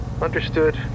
Understood